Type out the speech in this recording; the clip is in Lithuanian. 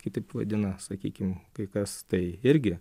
kitaip vadina sakykim kai kas tai irgi